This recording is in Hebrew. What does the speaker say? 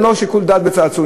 אז גם לא שיקול דעת בצעצועים.